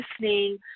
listening